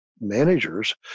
managers